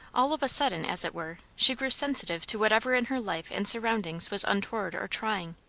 all of a sudden, as it were, she grew sensitive to whatever in her life and surroundings was untoward or trying.